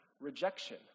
rejection